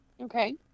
Okay